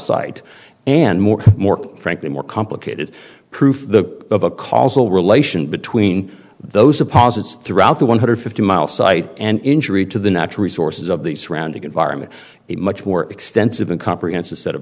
site and more more frankly more complicated proof the of a causal relation between those deposits throughout the one hundred fifty mile site and injury to the natural resources of the surrounding environment a much more extensive and comprehensive set of